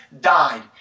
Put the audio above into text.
died